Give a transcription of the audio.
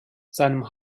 seinem